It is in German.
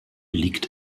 liegt